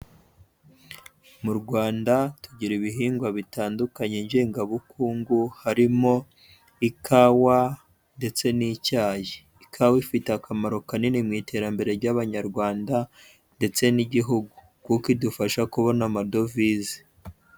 Mu Rwanda tugira ibihingwa bitandukanye ngengabukungu, harimo ikawa ndetse n'icyayi, ikawa ifite akamaro kanini mu iterambere ry'Abanyarwanda ndetse n'igihugu kuko idufasha kubona amadovize.